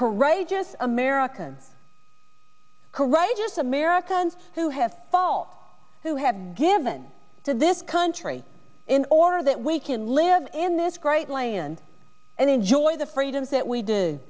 courageous american courageous americans who have fought who have given to this country in order that we can live in this great land and enjoy the freedoms that we do